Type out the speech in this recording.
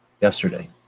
Yesterday